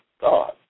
God